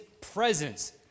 presence